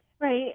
Right